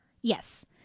Yes